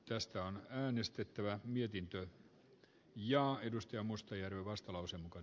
tästä on äänestettävä mietintö ja edusti mustajärvi kannatan ed